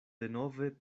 denove